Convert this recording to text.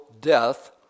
death